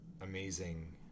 amazing